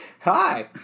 Hi